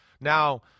Now